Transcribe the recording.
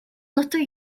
нутаг